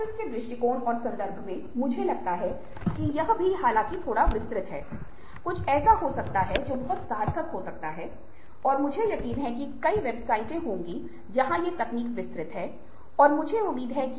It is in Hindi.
इसलिए हमें बहुत जल्दी भरोसा नहीं करना चाहिए दूसरों को आपको दोषी महसूस कराने और व्यक्तिगत मित्रता के साथ बड़े व्यवसाय का मिश्रण करने की अनुमति देता है